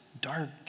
dark